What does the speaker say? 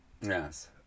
yes